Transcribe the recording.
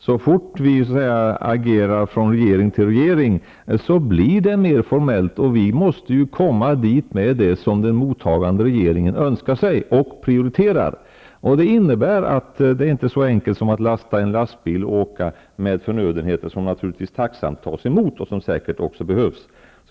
Så snart vi agerar från regering till regering blir det mer formellt, och vi måste komma dit med det som den mottagande rege ringen önskar sig och prioriterar. Det innebär att det inte är så enkelt som att bara fylla och köra i väg en lastbil med förnödenheter -- som naturligtvis tacksamt tas emot och säkert också behövs.